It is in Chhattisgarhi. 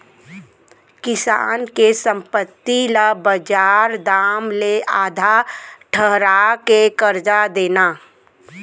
किसान के संपत्ति ल बजार दाम ले आधा ठहरा के करजा देना